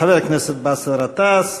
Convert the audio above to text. חבר הכנסת באסל גטאס,